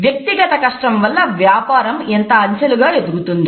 వ్యక్తిగత కష్టం వలన వ్యాపారం అంచెలుగా ఎదుగుతోంది